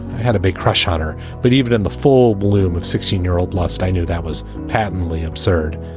i had a big crush on her, but even in the full bloom of sixteen year old, last i knew, that was patently absurd.